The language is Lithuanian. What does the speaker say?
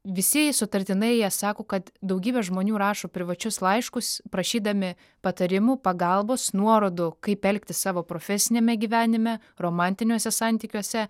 visi sutartinai jie sako kad daugybė žmonių rašo privačius laiškus prašydami patarimų pagalbos nuorodų kaip elgtis savo profesiniame gyvenime romantiniuose santykiuose